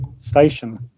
Station